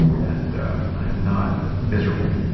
and i am not miserable.